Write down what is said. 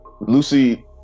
Lucy